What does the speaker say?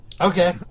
Okay